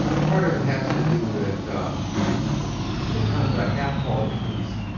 part of it has to do with um the times i have called the police.